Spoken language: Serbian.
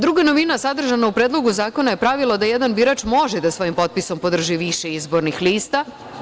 Druga novina sadržana u Predlogu zakona je pravilo da jedan birač može da svojim potpisom podrži više izbornih lista.